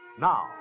now